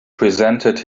presented